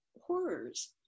horrors